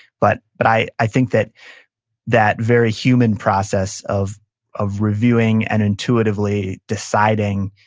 but but i i think that that very human process of of reviewing and intuitively deciding,